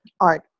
art